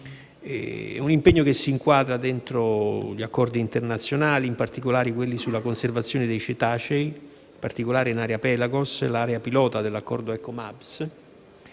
È un impegno che si inquadra entro gli accordi internazionali, in particolare quelli sulla conservazione dei cetacei in area Pelagos, l'area pilota dell'accordo Accobams